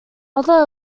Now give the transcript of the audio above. other